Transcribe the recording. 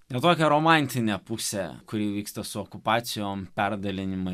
ne tokią romantinę pusę kuri vyksta su okupacijom perdalinimai